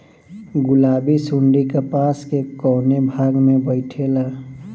गुलाबी सुंडी कपास के कौने भाग में बैठे ला?